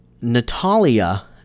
Natalia